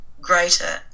greater